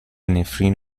نفرین